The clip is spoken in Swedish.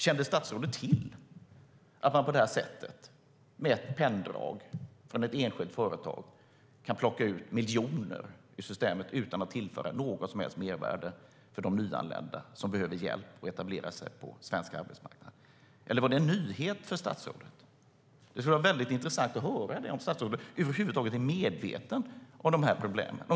Kände statsrådet till att man på det här sättet med ett penndrag från ett enskilt företag kan plocka ut miljoner ur systemet utan att tillföra något som helst mervärde för de nyanlända som behöver hjälp att etablera sig på svensk arbetsmarknad, eller var det en nyhet för statsrådet? Är statsrådet över huvud taget medveten om de här problemen?